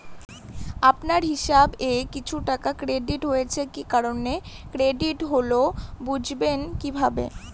আপনার হিসাব এ কিছু টাকা ক্রেডিট হয়েছে কি কারণে ক্রেডিট হল বুঝবেন কিভাবে?